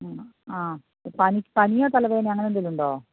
ആ പനി പനിയോ തലവേദനയോ അങ്ങനെ എന്തെങ്കിലും ഉണ്ടോ